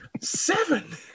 Seven